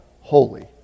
Holy